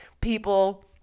people